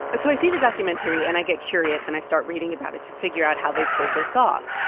so i see the documentary, and i get curious, and i start reading about it to figure out how they pulled this off.